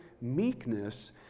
meekness